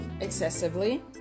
excessively